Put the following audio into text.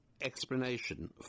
explanation